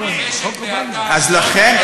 אז לכן,